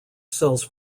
sells